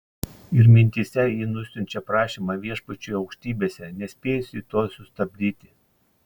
ir mintyse ji nusiunčia prašymą viešpačiui aukštybėse nespėjusi to sustabdyti